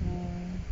oh